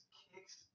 kicks